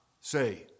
say